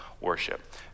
worship